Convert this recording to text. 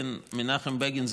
מנחם בגין,